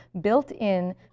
built-in